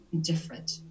different